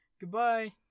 Goodbye